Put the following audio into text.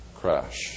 crash